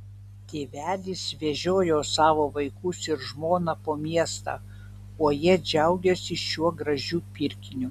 tėvelis vežiojo savo vaikus ir žmoną po miestą o jie džiaugėsi šiuo gražiu pirkiniu